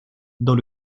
dans